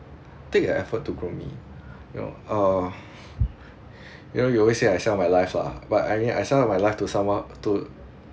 take an effort to grow me you know uh you know you always say I sell my life lah but I mean I sell my life to someone to